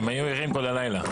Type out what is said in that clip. הם היו ערים כל הלילה.